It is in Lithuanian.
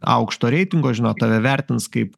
aukšto reitingo žinot tave vertins kaip